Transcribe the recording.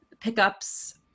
pickups